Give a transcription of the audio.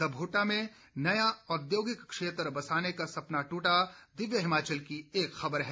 दभोटा में नया औद्योगिक क्षेत्र बसाने का सपना टूटा दिव्य हिमाचल की एक खबर है